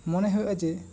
ᱢᱚᱱᱮ ᱦᱩᱭᱩᱜ ᱟ ᱡᱮ